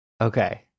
Okay